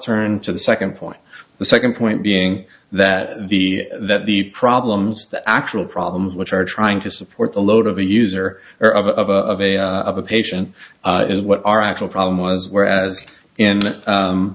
turn to the second point the second point being that the that the problems the actual problems which are trying to support the load of a user or of a patient is what our actual problem was whereas in